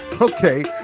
okay